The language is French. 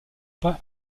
pas